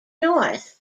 north